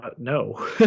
No